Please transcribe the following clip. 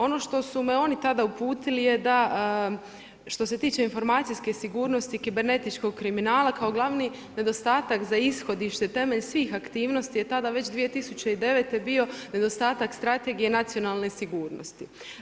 Ono što su me oni tada uputili je da što se tiče informacijske sigurnosti kibernetičkog kriminala, kao glavni nedostatak za ishodište temelj svih aktivnosti je tada već 2009. bio nedostatak strategije nacionalne sigurnosti.